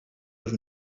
have